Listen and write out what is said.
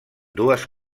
dues